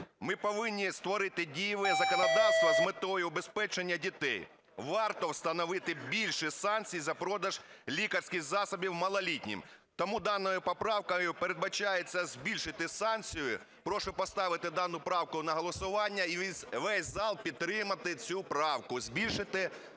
Ми повинні створити дієве законодавство з метою убезпечення дітей. Варто встановити більші санкції за продаж лікарських засобів малолітнім. Тому даною поправкою передбачається збільшити санкцію. Прошу поставити дану правку на голосування і весь зал підтримати цю правку – збільшити